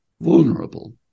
Vulnerable